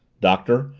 doctor,